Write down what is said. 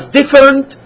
different